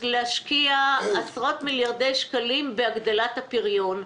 להשקיע עשרות מיליארדי שקלים בהגדלת הפריון.